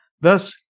Thus